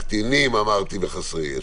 קטינים, אמרתי, וחסרי ישע.